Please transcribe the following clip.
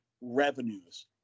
revenues